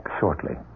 shortly